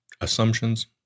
assumptions